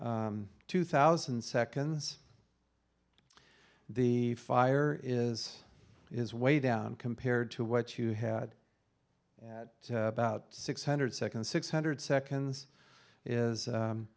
by two thousand seconds the fire is is way down compared to what you had at about six hundred seconds six hundred seconds is